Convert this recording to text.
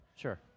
Sure